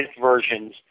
versions